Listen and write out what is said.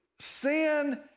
sin